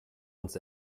uns